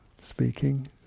speaking